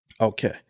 Okay